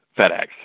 FedEx